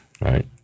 Right